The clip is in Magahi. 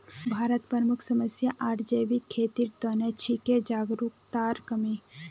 भारतत प्रमुख समस्या आर जैविक खेतीर त न छिके जागरूकतार कमी